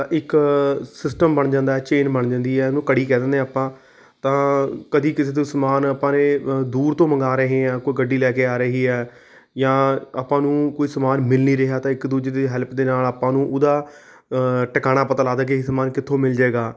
ਤਾਂ ਇੱਕ ਸਿਸਟਮ ਬਣ ਜਾਂਦਾ ਹੈ ਚੇਨ ਬਣ ਜਾਂਦੀ ਹੈ ਉਹਨੂੰ ਕੜੀ ਕਹਿ ਦਿੰਦੇ ਆਪਾਂ ਤਾਂ ਕਦੇ ਕਿਸੇ ਤੋਂ ਸਮਾਨ ਆਪਾਂ ਨੇ ਦੂਰ ਤੋਂ ਮੰਗਾ ਰਹੇ ਹਾਂ ਕੋਈ ਗੱਡੀ ਲੈ ਕੇ ਆ ਰਹੀ ਆ ਜਾਂ ਆਪਾਂ ਨੂੰ ਕੋਈ ਸਮਾਨ ਮਿਲ ਨਹੀਂ ਰਿਹਾ ਤਾਂ ਇੱਕ ਦੂਜੇ ਦੀ ਹੈਲਪ ਦੇ ਨਾਲ ਆਪਾਂ ਨੂੰ ਉਹਦਾ ਟਿਕਾਣਾ ਪਤਾ ਲੱਗਦਾ ਕਿ ਇਹ ਸਮਾਨ ਕਿੱਥੋਂ ਮਿਲ ਜਾਏਗਾ